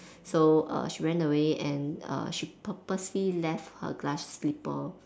so err she ran away and err she purposely left her glass slipper